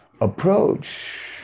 approach